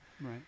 Right